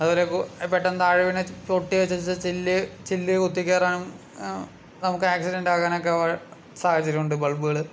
അത്പോലെയിപ്പോൾ പെട്ടെന്ന് താഴെ വീണാൽ പൊട്ടിയേച്ചാൽ ചില്ല് ചില്ല് കുത്തിക്കേറാം നമുക്ക് ആക്സിഡൻറ്റാകാനൊക്കെ സാഹചര്യം ഉണ്ട് ബൾബുകൾ